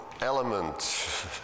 element